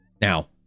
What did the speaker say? Now